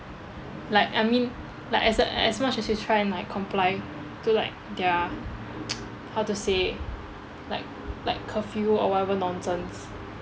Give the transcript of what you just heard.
like I mean like as a as much as you try and like comply to like their how to say like like curfew or whatever nonsense